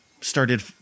started